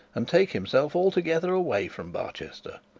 and take himself altogether away from barchester.